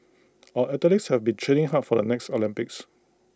our athletes have been training hard for the next Olympics